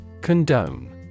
Condone